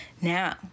now